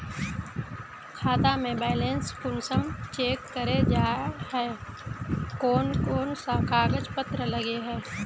खाता में बैलेंस कुंसम चेक करे जाय है कोन कोन सा कागज पत्र लगे है?